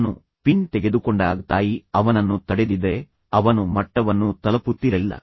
ಅವನು ಪಿನ್ ತೆಗೆದುಕೊಂಡಾಗ ತಾಯಿ ಅವನನ್ನು ತಡೆದಿದ್ದರೆ ಅವನು ಮಟ್ಟವನ್ನು ತಲಪುತ್ತಿರಲಿಲ್ಲ